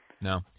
No